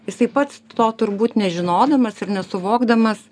jisai pats to turbūt nežinodamas ir nesuvokdamas